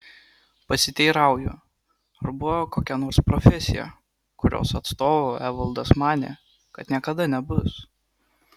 pasiteirauju ar buvo kokia nors profesija kurios atstovu evaldas manė kad niekada nebus